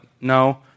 No